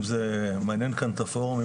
אם זה מעניין כאן את הפורום.